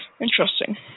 interesting